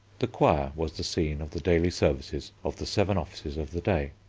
the choir was the scene of the daily services of the seven offices of the day.